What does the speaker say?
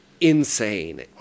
insane